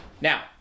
Now